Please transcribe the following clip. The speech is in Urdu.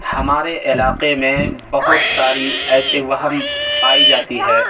ہمارے علاقے میں بہت ساری ایسی وہم پائی جاتی ہے